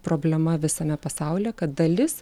problema visame pasaulyje kad dalis